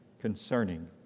concerning